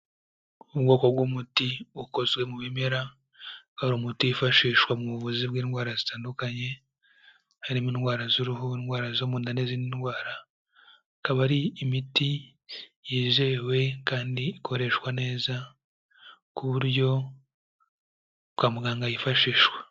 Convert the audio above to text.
Ubwoko bw'umuti ukozwe mu bimera akaba ari umuti wifashishwa mu buvuzi bw'indwara zitandukanye, harimo indwara z'uruhu, indwara zo mu nda n'izindi ndwara, ikaba ari imiti yizewe kandi ikoreshwa neza ku buryo kwa muganga yifashishwa.